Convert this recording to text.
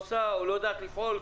שהיא לא עושה או לא יודעת לפעול,